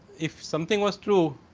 if something was true,